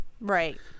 right